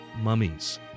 mummies